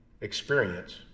experience